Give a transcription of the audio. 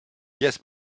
yes